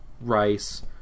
rice